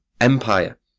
Empire